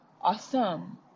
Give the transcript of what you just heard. awesome